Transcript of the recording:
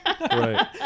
Right